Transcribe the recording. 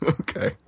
Okay